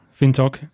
Fintok